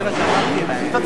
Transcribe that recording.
תודה רבה.